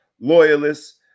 loyalists